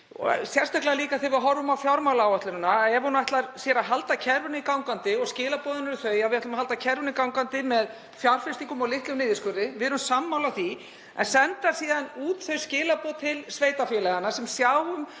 sérstaklega þegar við horfum á fjármálaáætlunina, ef hún ætlar sér að halda kerfinu gangandi — og skilaboðin eru þau að við ætlum að halda kerfinu gangandi með fjárfestingum og litlum niðurskurði, við erum sammála því — að senda síðan út þau skilaboð til sveitarfélaganna sem sjá um